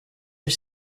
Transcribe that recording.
are